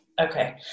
okay